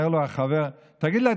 אומר לו החבר: תגיד לי,